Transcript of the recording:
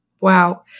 Wow